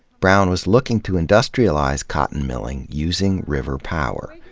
brown was looking to industrialize cotton milling using river power.